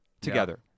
together